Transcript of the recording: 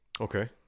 Okay